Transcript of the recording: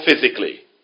physically